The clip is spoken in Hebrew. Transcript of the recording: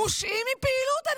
מרחיק אותם מפעילות.